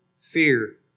fear